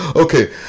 Okay